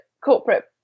corporate